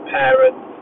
parents